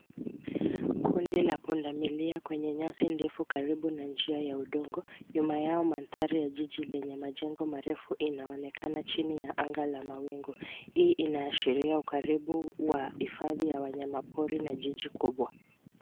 Kundi la pundamilia kwenye nyasi ndefu karibu na njia ya udongo. Nyuma yao mandhari ya jiji lenye majengo marefu inaonekana chini ya anga la mawingu. Hii inaashiria ukaribu wa hifadhi ya wanyamapori na jiji kubwa.